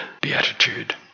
beatitude